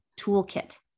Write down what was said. toolkit